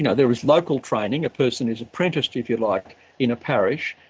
and there is local training. a person is apprenticed if you like in a parish,